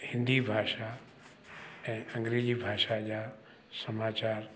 हिंदी भाषा ऐं अंग्रेजी भाषा जा समाचार